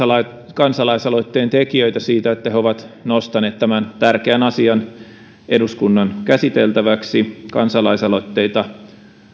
kansalaisaloitteen tekijöitä siitä että he ovat nostaneet tämän tärkeän asian eduskunnan käsiteltäväksi kansalaisaloitteita